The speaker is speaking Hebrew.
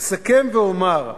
אסכם ואומר: